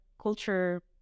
culture